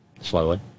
slowly